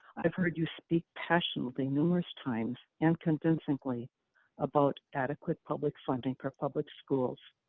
i've heard you speak passionately numerous times and convincingly about adequate public funding for public schools.